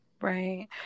Right